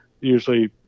Usually